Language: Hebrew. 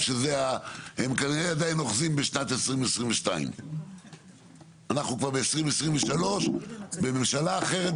הם כנראה עדיין אוחזים בשנת 2022. אנחנו כבר ב-2023 בממשלה אחרת,